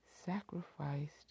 sacrificed